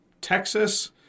Texas